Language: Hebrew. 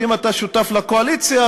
אם אתה שותף לקואליציה,